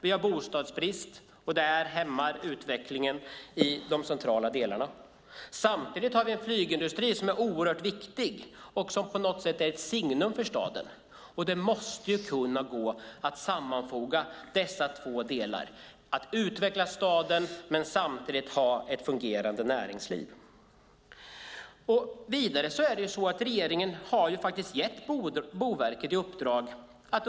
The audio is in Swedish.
Vi har bostadsbrist, och det här hämmar utvecklingen i de centrala delarna. Samtidigt har vi en flygindustri som är oerhört viktig och som på något sätt är ett signum för staden. Det måste kunna gå att sammanfoga dessa två delar, att utveckla staden och samtidigt ha ett fungerande näringsliv. Vidare har regeringen faktiskt gett Boverket ett uppdrag.